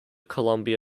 columbia